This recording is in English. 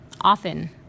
often